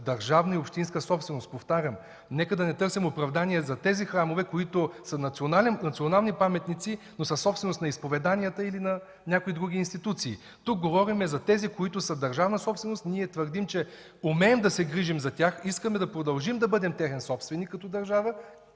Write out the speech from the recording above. държавна и общинска собственост. Повтарям: нека да не търсим оправдание за храмовете, които са национални паметници, но са собственост на вероизповеданията или на някои други институции. Тук говорим за храмовете – държавна собственост, и твърдим, че умеем да се грижим за тях, искаме да продължим да бъдем техен собственик като държава,